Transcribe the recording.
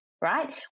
right